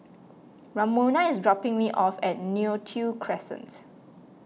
Ramona is dropping me off at Neo Tiew Crescent